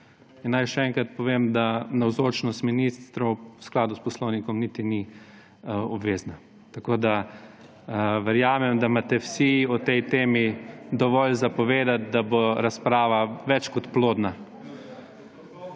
naj še enkrat povem, da navzočnost ministrov v skladu s poslovnikom niti obvezna. Verjamem, da imate vsi o tej temi dovolj povedati, da bo razprava več kot plodna.